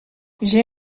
j’ai